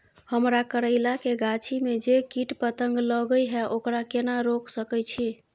हमरा करैला के गाछी में जै कीट पतंग लगे हैं ओकरा केना रोक सके छी?